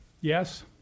Yes